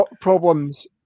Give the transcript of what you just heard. problems